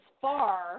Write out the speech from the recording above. far